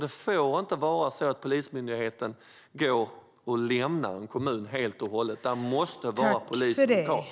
Det får inte vara så att Polismyndigheten lämnar en kommun helt och hållet. Det måste finnas poliser lokalt.